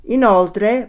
Inoltre